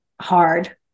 hard